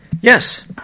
Yes